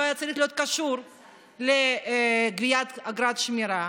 לא היה צריך להיות קשור לגביית אגרת שמירה,